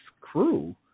crew